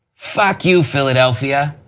fuck you philadelphia,